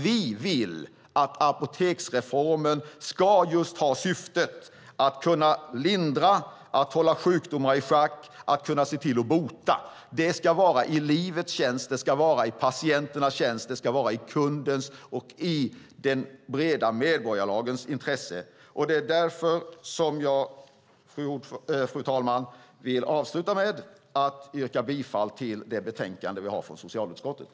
Vi vill att apoteksreformen just ska ha syftet att man ska kunna lindra, hålla sjukdomar i schack och bota. Det ska vara i livets tjänst, det ska vara i patienternas tjänst och det ska vara i kundens och de breda medborgarlagrens intresse. Det är därför som jag, fru talman, vill avsluta med att yrka bifall till socialutskottets förslag i betänkandet.